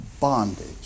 bondage